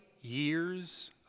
years